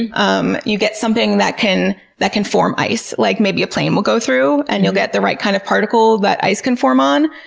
and um you get something that can that can form ice. like, maybe a plane will go through and you'll get the right kind of particle that ice can form on.